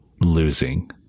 losing